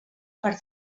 per